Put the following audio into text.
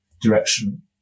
direction